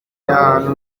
ahantu